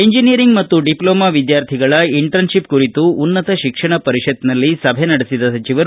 engineering ಮತ್ತು diploma ವಿದ್ಯಾರ್ಥಿಗಳ internship ಕುರಿತು ಉನ್ನತ ಶಿಕ್ಷಣ ಪರಿಷತ್ತಿನಲ್ಲಿ ಸಭೆ ನಡೆಸಿದ ಸಚವರು